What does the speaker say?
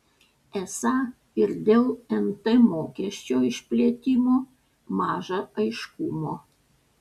esą ir dėl nt mokesčio išplėtimo maža aiškumo